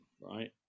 Right